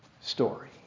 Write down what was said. story